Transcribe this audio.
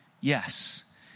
yes